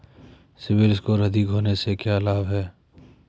CIBIL score अधिक होने से क्या लाभ हैं?